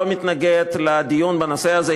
לא מתנגד לדיון בנושא הזה,